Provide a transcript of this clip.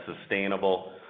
sustainable